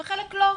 וחלק לא.